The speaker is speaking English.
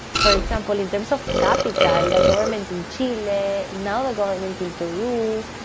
for example, in terms of capital, the government in chile, now, the government in peru,